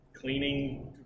cleaning